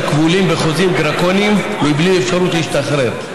כבולים בחוזים דרקוניים מבלי אפשרות להשתחרר.